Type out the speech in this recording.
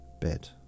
bed